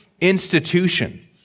institution